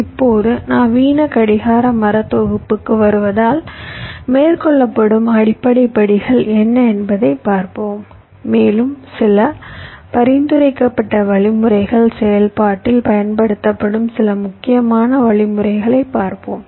இப்போது நவீன கடிகார மரத் தொகுப்புக்கு வருவதால் மேற்கொள்ளப்படும் அடிப்படை படிகள் என்ன என்பதைப் பார்ப்போம் மேலும் சில பரிந்துரைக்கப்பட்ட வழிமுறைகள் செயல்பாட்டில் பயன்படுத்தப்படும் சில முக்கியமான வழிமுறைகளைப் பார்ப்போம்